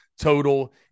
total